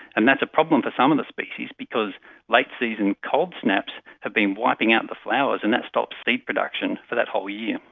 and that's a problem for some of the species because late-season cold snaps have been wiping out the flowers, and that stops seed production for that whole year.